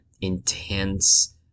intense